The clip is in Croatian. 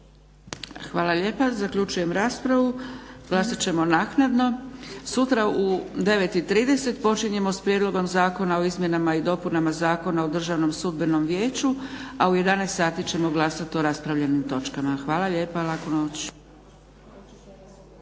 Hvala lijepa. Zaključujem raspravu. Glasat ćemo naknadno. Sutra u 9,30 počinjemo s Prijedlogom zakona o izmjenama i dopunama Zakona o Državnom sudbenom vijeću, a u 11,00 sati ćemo glasat o raspravljenim točkama. Hvala lijepa. **Leko,